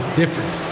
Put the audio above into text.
different